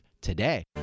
today